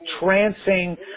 trancing